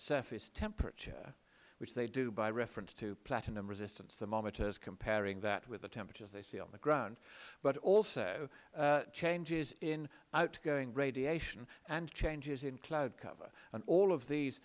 surface temperature which they do by reference to platinum resistance thermometers comparing that with the temperatures they see on the ground but also changes in outgoing radiation and changes in cloud cover all of these